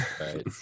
Right